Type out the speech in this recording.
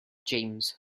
james